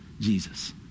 Jesus